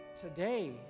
today